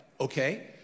okay